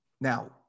Now